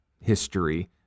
history